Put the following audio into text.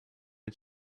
its